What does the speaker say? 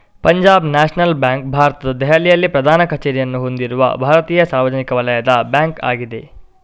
Punjab National Bank ಭಾರತದ ದೆಹಲಿಯಲ್ಲಿ ಪ್ರಧಾನ ಕಚೇರಿಯನ್ನು ಹೊಂದಿರುವ ಭಾರತೀಯ ಸಾರ್ವಜನಿಕ ವಲಯದ ಬ್ಯಾಂಕ್ ಆಗಿದೆ